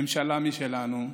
ממשלה משלנו,